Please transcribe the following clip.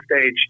stage